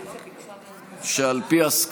בעד, 45,